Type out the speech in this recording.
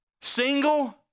Single